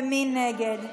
מי נגד?